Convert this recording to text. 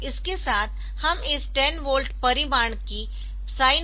तो इसके साथ हम इस 10 वोल्ट परिमाण की साइन वेव उत्पन्न कर रहे है